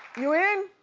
you in?